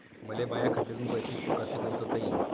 मले माया खात्यातून पैसे कसे गुंतवता येईन?